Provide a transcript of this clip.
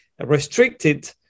restricted